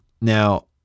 Now